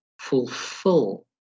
fulfill